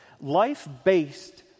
Life-based